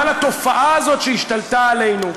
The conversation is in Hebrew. אבל התופעה הזאת שהשתלטה עלינו,